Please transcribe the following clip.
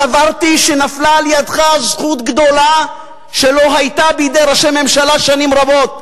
סברתי שנפלה לידך זכות גדולה שלא היתה בידי ראשי ממשלה שנים רבות,